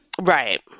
Right